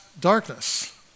darkness